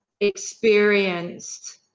experienced